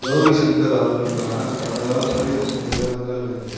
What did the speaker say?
கௌரி சங்கர் அவர்களுக்கான கடந்தகாலப் பரிவர்த்தனை விவரங்கள் வேண்டும்